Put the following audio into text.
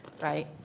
right